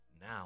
now